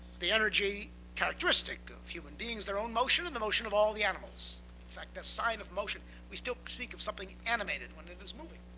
the energy characteristic of human beings, their own motion, and the motion of all the animals. in fact that sign of motion, we still speak of something animated when it is moving.